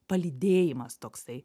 palydėjimas toksai